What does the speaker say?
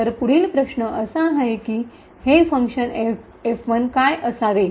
तर पुढील प्रश्न असा आहे की हे फंक्शन F1 काय असावे